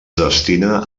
destina